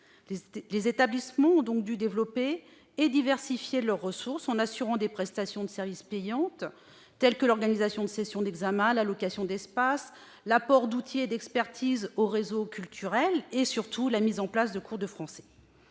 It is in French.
Les établissements ont donc dû développer et diversifier leurs ressources en assurant des prestations de services payantes, telles que l'organisation de sessions d'examens, la location d'espaces, l'apport d'outils et d'expertise aux réseaux culturels et surtout la mise en place de cours de français.